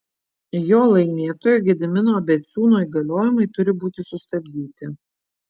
jo laimėtojo gedimino abeciūno įgaliojimai turi būti sustabdyti